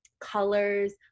colors